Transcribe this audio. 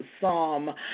Psalm